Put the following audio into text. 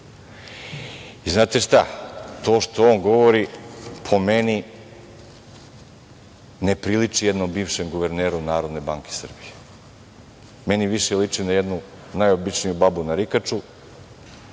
Znate šta? To što on govori, po meni, ne priliči jednom bivšem guverneru Narodne banke Srbije. Meni više liči na jednu najobičniju babu narikaču,